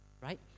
right